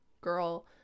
girl